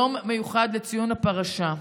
יום מיוחד לציון הפרשה.